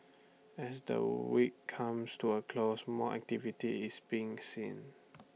as the week comes to A close more activity is being seen